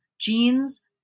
jeans